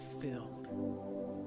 filled